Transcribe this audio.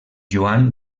joan